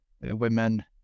women